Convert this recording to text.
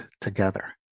together